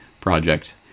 project